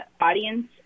audience